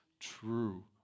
True